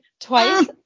twice